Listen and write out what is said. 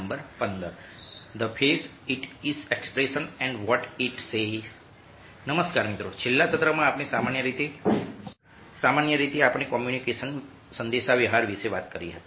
નમસ્કાર મિત્રો છેલ્લા સત્રમાં આપણે સામાન્ય રીતે કોમ્યુનિકેશન સંદેશા વ્યવહાર વિશે વાત કરી હતી